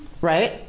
Right